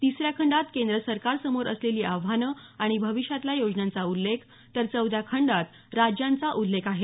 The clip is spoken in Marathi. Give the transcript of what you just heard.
तिसऱ्या खंडात केंद्र सरकार समोर असलेली आव्हानं आणि भविष्यातल्या योजनांचा उल्लेख तर चौथ्या खंडात राज्यांचा उल्लेख आहे